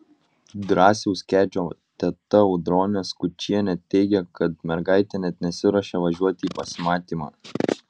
drąsiaus kedžio teta audronė skučienė teigė kad mergaitė net nesiruošė važiuoti į pasimatymą